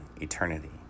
eternity